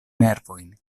nervojn